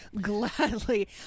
gladly